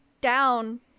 down